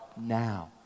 now